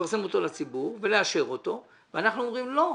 לפרסם צו לציבור ולאשר אותו ואנחנו אומרים: לא,